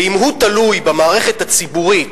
ואם הוא תלוי במערכת הציבורית,